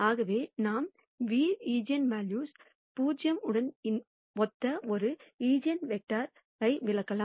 ஆகவே நாம் v eigenvalue 0 உடன் ஒத்த ஒரு ஈஜென்வெக்டராக விளக்கலாம்